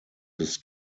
this